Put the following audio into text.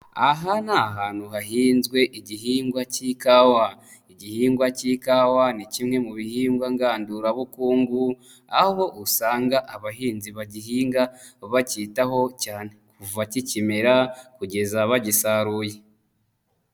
Aha ni ahantu hahinzwe igihingwa k'ikawa. Igihingwa k'ikawa, ni kimwe mu bihingwa ngandurabukungu, aho usanga abahinzi bagihinga, bacyitaho cyane kuva ba kikimera kugeza bagisaruye.